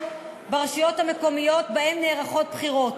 ברשויות המקומיות שבהן נערכות בחירות.